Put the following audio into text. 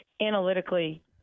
analytically